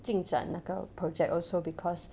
进展那个 project also because